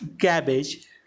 cabbage